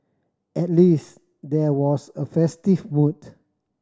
at least there was a festive mood